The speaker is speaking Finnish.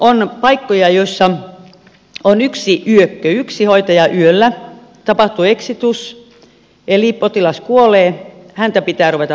on myös paikkoja joissa on yksi yökkö yksi hoitaja yöllä tapahtuu exitus eli potilas kuolee häntä pitää ruveta laittamaan